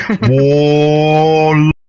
War